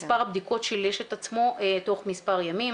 מספר הבדיקות שילש את עצמו תוך מספר ימים.